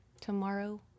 tomorrow